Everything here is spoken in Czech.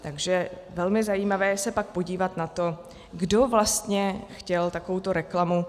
Takže velmi zajímavé je pak se podívat na to, kdo vlastně chtěl takovouto reklamu.